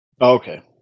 Okay